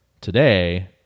today